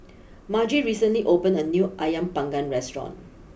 Margy recently opened a new Ayam Panggang restaurant